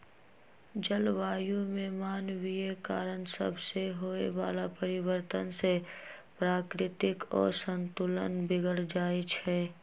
जलवायु में मानवीय कारण सभसे होए वला परिवर्तन से प्राकृतिक असंतुलन बिगर जाइ छइ